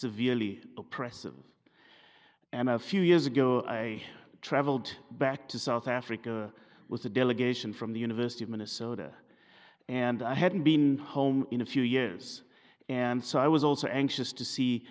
severely oppressive and a few years ago i traveled back to south africa was a delegation from the university of minnesota and i hadn't been home in a few years and so i was also anxious to see